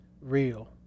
real